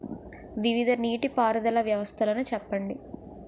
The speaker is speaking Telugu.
వివిధ నీటి పారుదల వ్యవస్థలను చెప్పండి?